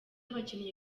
abakinnyi